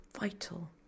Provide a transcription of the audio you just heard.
vital